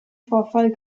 vorfall